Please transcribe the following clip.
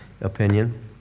opinion